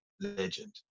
legend